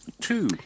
Two